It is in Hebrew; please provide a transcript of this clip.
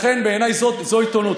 לכן בעיניי זו עיתונות.